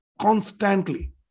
Constantly